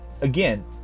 again